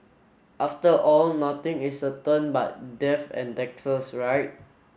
after all nothing is certain but death and taxes right